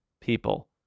people